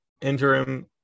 interim